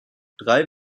drei